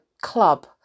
club